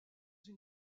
une